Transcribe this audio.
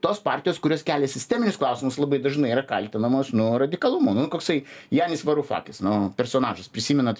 tos partijos kurios kelia sisteminius klausimus labai dažnai yra kaltinamos nu radikalumu nu koksai janis varufakis nu personažas prisimenat